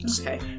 Okay